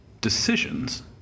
decisions